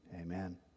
Amen